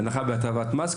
הנחה בהטבת מס,